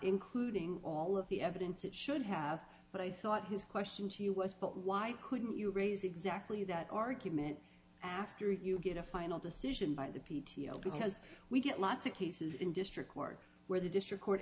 including all of the evidence it should have but i thought his question to you was but why couldn't you raise exactly that argument after if you get a final decision by the p t o because we get lots of cases in district court where the district court